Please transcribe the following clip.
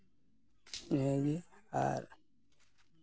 ᱱᱤᱭᱟᱹ ᱜᱮ ᱟᱨ